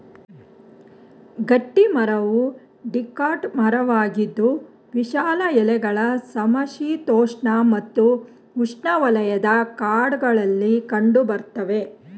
ಗಟ್ಟಿಮರವು ಡಿಕಾಟ್ ಮರವಾಗಿದ್ದು ವಿಶಾಲ ಎಲೆಗಳ ಸಮಶೀತೋಷ್ಣ ಮತ್ತು ಉಷ್ಣವಲಯದ ಕಾಡಲ್ಲಿ ಕಂಡುಬರ್ತವೆ